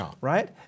right